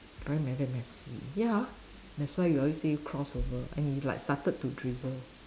very very messy ya that's why he always say cross over and it like started to drizzle